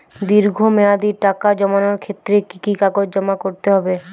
দীর্ঘ মেয়াদি টাকা জমানোর ক্ষেত্রে কি কি কাগজ জমা করতে হবে?